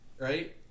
right